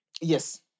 Yes